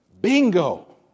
bingo